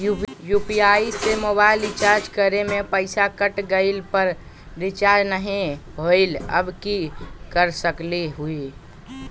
UPI से mobile recharge करे में पैसा कट गेलई, पर रिचार्ज नई होलई, अब की कर सकली हई?